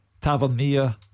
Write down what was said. Tavernier